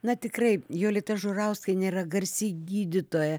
na tikrai jolita žurauskienė yra garsi gydytoja